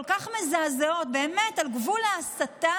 כל כך מזעזעות, באמת על גבול ההסתה,